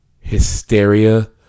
Hysteria